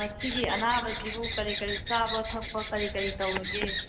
ꯉꯁꯤꯒꯤ ꯑꯅꯥꯕꯁꯤꯕꯨ ꯀꯔꯤ ꯀꯔꯤ ꯆꯥꯕ ꯊꯛꯄ ꯀꯔꯤ ꯀꯔꯤ ꯇꯧꯔꯒꯦ